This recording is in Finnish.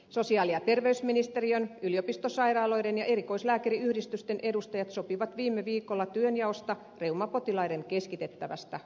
sosiaali ja terveysministeriön yliopistosairaaloiden ja erikoislääkäriyhdistysten edustajat sopivat viime viikolla työnjaosta reumapotilaiden keskitettävässä hoidossa